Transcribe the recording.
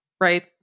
right